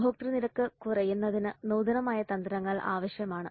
ഉപഭോക്തൃ തിരക്ക് കുറയ്ക്കുന്നതിന് നൂതനമായ തന്ത്രങ്ങൾ ആവശ്യമാണ്